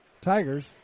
Tigers